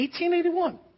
1881